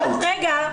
רגע.